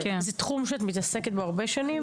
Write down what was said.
זה תחום שאת מתעסקת בו הרבה שנים?